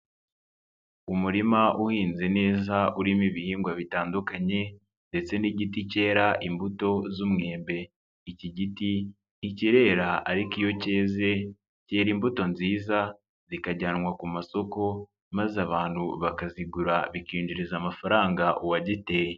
Umurima uhinze neza urimo ibihingwa bitandukanye ndetse n'igiti cyera imbuto z'umwembe. Iki giti, ntikerera ariko iyo cyeze byera imbuto nziza zikajyanwa ku masoko, maze abantu bakazigura bikinjiriza amafaranga uwagiteye.